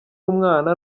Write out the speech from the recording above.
umwana